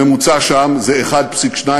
הממוצע שם זה 1.2%,